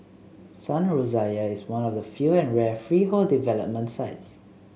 Sun Rosier is one of the few and rare freehold development sites